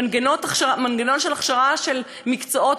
מנגנון של הכשרה למקצועות,